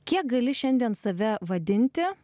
kiek gali šiandien save vadinti